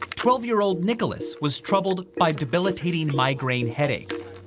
twelve year old nicholas was troubled by debilitating migraine headaches.